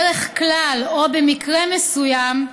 דרך כלל או במקרה מסוים,